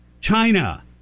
China